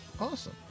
Awesome